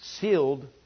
Sealed